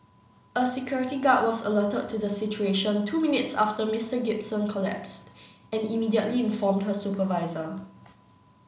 a security guard was alerted to the situation two minutes after Mister Gibson collapsed and immediately informed her supervisor